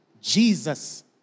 Jesus